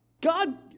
God